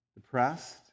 depressed